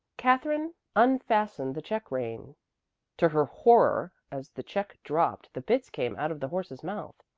katherine unfastened the check-rein. to her horror, as the check dropped the bits came out of the horse's mouth.